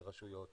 ראשי רשויות,